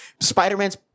spider-man's